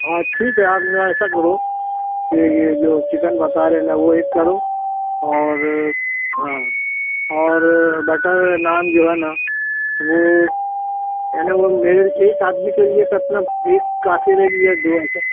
ہاں ٹھیک ہے آپ نا ایسا کرو کہ یہ جو چکن بتا رہے ہیں نا وہ ایک کرو اور ہاں اور بٹر نان جو ہے نا وہ یعنی وہ میرے ایک آدمی کے لیے کتنا ایک کافی رہے گی یا دو آئٹم